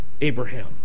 abraham